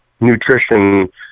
nutrition